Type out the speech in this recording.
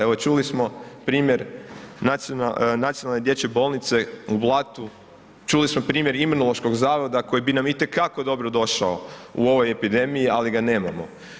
Evo čuli smo primjer nacionalne Dječje bolnice u Blatu, čuli smo primjer Imunološkog zavoda koji bi nam itekako dobrodošao u ovoj epidemiji ali ga nemamo.